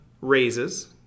raises